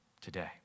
today